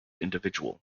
individual